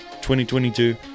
2022